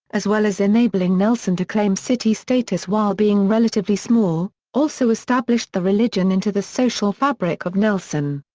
as well as enabling nelson to claim city status while being relatively small, also established the religion into the social fabric of nelson.